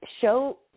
show